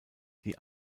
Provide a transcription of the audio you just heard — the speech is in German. die